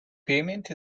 payment